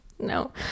No